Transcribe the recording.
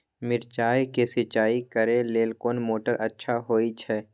मिर्चाय के सिंचाई करे लेल कोन मोटर अच्छा होय छै?